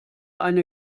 eine